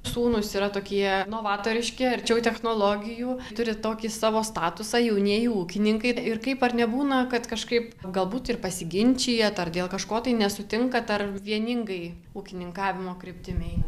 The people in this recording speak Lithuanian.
sūnus yra tokie novatoriški arčiau technologijų turi tokį savo statusą jaunieji ūkininkai ir kaip ar nebūna kad kažkaip galbūt ir pasiginčijat ar dėl kažko tai nesutinkat ar vieningai ūkininkavimo kryptim eina